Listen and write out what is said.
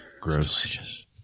Gross